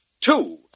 two